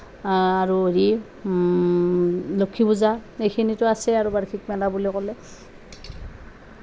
আৰু হেৰি লক্ষী পূজা এইখিনিতো আছেই আৰু বাৰ্ষিক মেলা বুলি ক'লে